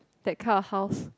that kind of house